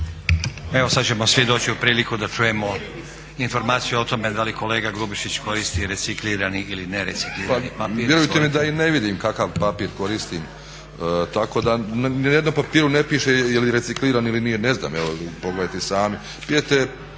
Evo sad ćemo svi doći u priliku da čujemo informaciju o tome da li kolega Grubišić koristi reciklirani ili nereciklirani papir. **Grubišić, Boro (HDSSB)** Pa vjerujte mi da i ne vidim kakav papir koristim, tako da, ni na jednom papiru ne piše je li reciklirani ili nije. Ne znam. … /Upadica